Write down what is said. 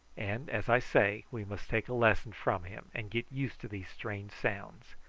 and, as i say, we must take a lesson from him, and get used to these strange sounds.